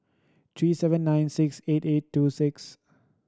three seven nine six eight eight two six